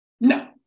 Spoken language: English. no